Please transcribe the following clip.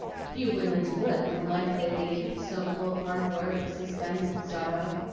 few women's would with the life they lead, so full of hard work, suspense, and sorrow.